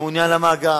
ממונה על המאגר,